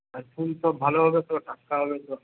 আর ফুল সব ভালো হবে তো টাটকা হবে তো